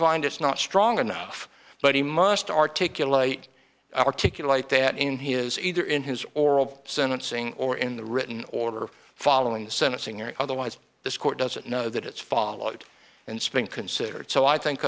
find it's not strong enough but he must articulate articulate that in his either in his oral sentencing or in the written order following the sentencing hearing otherwise this court doesn't know that it's followed and spring considered so i think